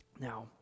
Now